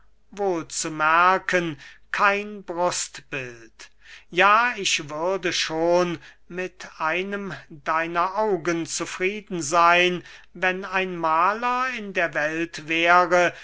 wohl zu merken kein brustbild ja ich würde schon mit einem deiner augen zufrieden seyn wenn ein mahler in der welt wäre